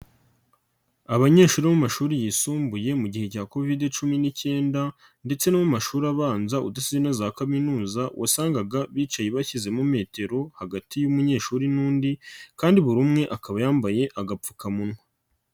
Abanyeshuri bo mu mashuri yisumbuye mu gihe cya COVID-19 ndetse no mu mashuri abanza udasize na za kaminuza, wasangaga bicaye bashyizemo metero hagati y'umunyeshuri n'undi, kandi buri umwe akaba yambaye agapfukamunwa.